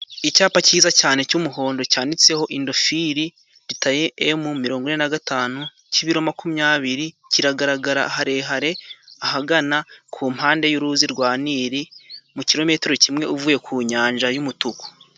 Icyapa cyiza cyane cy'umuhondo, cyanditseho indofiri ritam mirongo ine na gatanu, k'ibiro makumyabiri, kiragaragara harehare, ahagana ku mpande y'uruzi rwa niri mu kilometero kimwe uvuye ku nyanja y'umutuku.